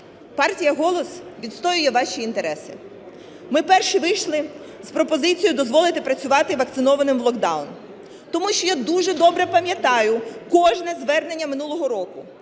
партія "Голос" відстоює ваші інтерес. Ми перші вийшли з пропозицією дозволити працювати вакцинованим в локдаун, тому що я дуже добре пам'ятаю кожне звернення минулого року,